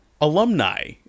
alumni